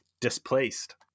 Displaced